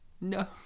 No